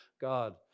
God